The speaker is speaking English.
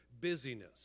busyness